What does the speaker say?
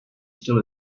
still